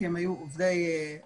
כי הם היו עובדי הדברה.